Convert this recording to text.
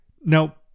Now